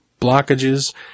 blockages